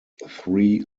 three